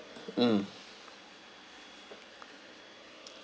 mm